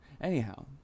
Anyhow